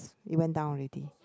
it went down already